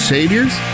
Saviors